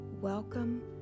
welcome